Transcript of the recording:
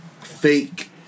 fake